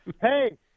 Hey